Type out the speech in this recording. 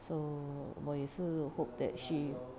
so 我也是 hope that she